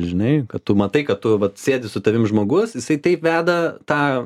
žinai kad tu matai kad tu vat sėdi su tavim žmogus jisai taip veda tą